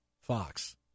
Fox